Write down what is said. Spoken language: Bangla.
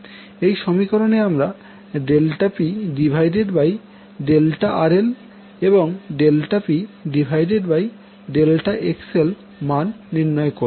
এই সমীকরণে আমরা ΔPΔRL এবং ΔPΔXL মান নির্ণয় করবো